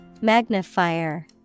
magnifier